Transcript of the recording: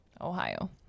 Ohio